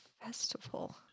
festival